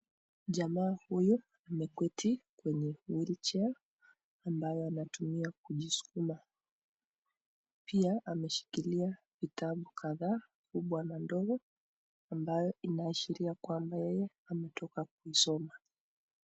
Jamaa huyu ameketi kwenye wheelchair ambayo anatumia kujisukuma. Pia ameshikilia vitabu kadhaa kubwa na ndogo, ambayo inaashiria kwamba yeye ni mtu wa kusoma.